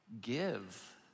give